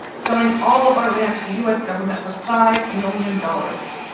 selling all of our land to the u s. government for five million dollars.